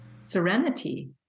serenity